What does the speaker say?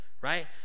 right